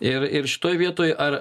ir ir šitoj vietoj ar